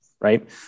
right